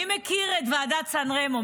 מי מכיר את ועדת סן רמו?